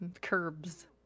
curbs